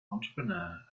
entrepreneur